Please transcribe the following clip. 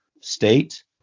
state